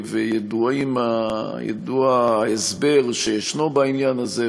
וידוע ההסבר שישנו בעניין הזה,